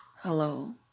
hello